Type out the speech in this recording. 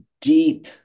deep